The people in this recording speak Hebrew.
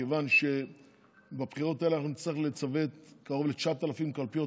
מכיוון שבבחירות האלה נצטרך לצוות קרוב ל-9,000 קלפיות,